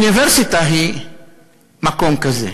אוניברסיטה היא מקום כזה.